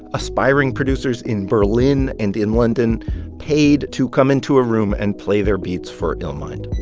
aspiring producers in berlin and in london paid to come into a room and play their beats for illmind